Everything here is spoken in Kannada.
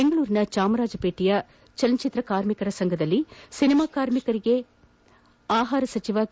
ಬೆಂಗಳೂರಿನ ಜಾಮರಾಜಪೇಟೆಯ ಚಲನಚಿತ್ರ ಕಾರ್ಮಿಕರ ಸಂಘದಲ್ಲಿ ಸಿನಿಮಾ ಕಾರ್ಮಿಕರಿಗೆ ಆಹಾರ ಸಚಿವ ಕೆ